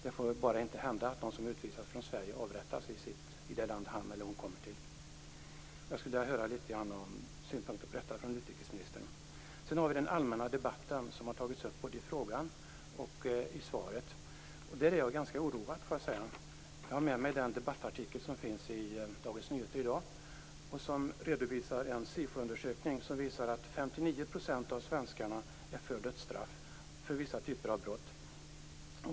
Det får bara inte hända att någon som utvisas från Sverige avrättas i det land han eller hon kommer till. Jag skulle vilja höra några synpunkter på detta från utrikesministern. Sedan har vi den allmänna debatten som har tagits upp både i frågan och i svaret. Där är jag ganska oroad. Jag har med mig den debattartikel som finns i Dagens Nyheter i dag. Den redovisar en SIFO undersökning som visar att 59 % av svenskarna är för dödsstraff för vissa typer av brott.